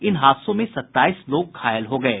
इन हादसों में सत्ताईस लोग घायल हो गये